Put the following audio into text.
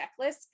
checklist